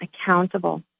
accountable